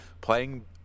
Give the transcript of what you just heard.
Playing